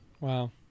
Wow